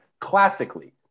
classically